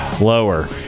Lower